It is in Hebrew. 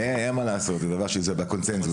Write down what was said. אין מה לעשות, זה דבר שזה בקונצנזוס.